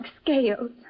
scales